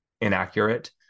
inaccurate